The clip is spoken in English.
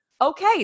Okay